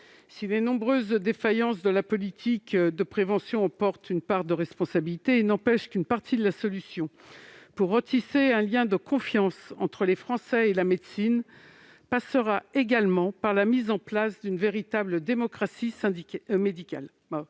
Si les nombreuses défaillances de la politique de prévention en portent une part de responsabilité, il n'empêche qu'une partie de la solution pour retisser un lien de confiance entre les Français et la médecine passera également par la mise en place d'une véritable démocratie médicale.